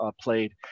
played